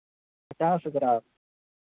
पाँच ग्राम